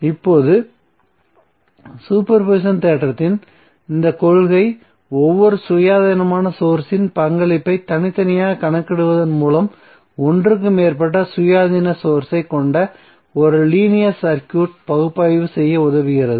இப்போது superposition தேற்றத்தின் இந்த கொள்கை ஒவ்வொரு சுயாதீன சோர்ஸ் இன் பங்களிப்பையும் தனித்தனியாக கணக்கிடுவதன் மூலம் ஒன்றுக்கு மேற்பட்ட சுயாதீன சோர்ஸ் ஐ கொண்ட ஒரு லீனியர் சர்க்யூட் பகுப்பாய்வு செய்ய உதவுகிறது